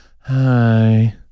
Hi